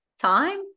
time